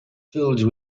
filled